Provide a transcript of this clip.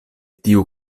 tiu